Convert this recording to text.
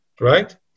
right